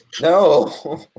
No